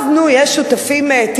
טוב, נו, יש שותפים טבעיים.